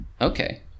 Okay